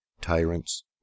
tyrants